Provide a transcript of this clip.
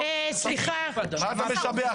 מה אתה משבח?